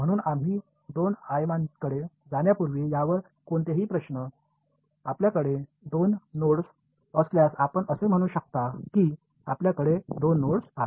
म्हणून आम्ही दोन आयामांकडे जाण्यापूर्वी यावर कोणतेही प्रश्न आपल्याकडे दोन नोड्स असल्यास आपण असे म्हणू शकता की आपल्याकडे 2 नोड आहेत